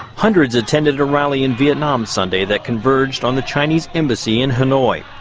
hundreds attended a rally in vietnam sunday that converged on the chinese embassy in hanoi.